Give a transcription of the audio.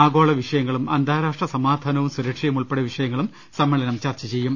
ആഗോള വിഷയങ്ങളും അന്താരാഷ്ട്ര സമാധാനവും സുരക്ഷയും ഉൾപ്പെടെ വിഷയങ്ങളും സമ്മേളനം ചർച്ച ചെയ്യും